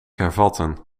hervatten